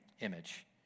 image